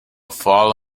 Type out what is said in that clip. fall